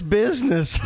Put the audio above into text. business